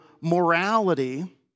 morality